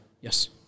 Yes